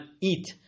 eat